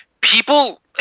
people